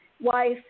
Wife